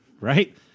right